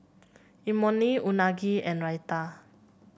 Imoni Unagi and Raita